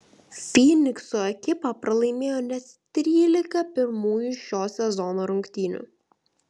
fynikso ekipa pralaimėjo net trylika pirmųjų šio sezono rungtynių